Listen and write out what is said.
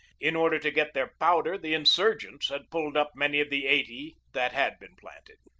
in order to get their powder the insurgents had pulled up many of the eighty that had been planted.